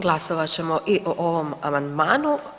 Glasovat ćemo i o ovom amandmanu.